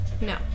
no